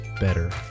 better